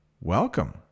welcome